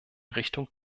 richtung